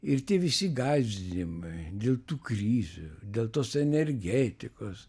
ir tie visi gąsdinimai dėl tų krizių dėl tos energetikos